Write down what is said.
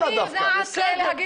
אני יודעת להגיד את הדברים.